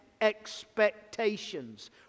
expectations